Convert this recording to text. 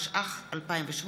התשע"ח 2018,